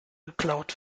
geklaut